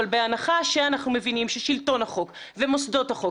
אבל בהנחה שאנחנו מבינים ששלטון החוק ומוסדות החוק